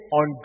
on